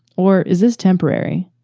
or is this temporary?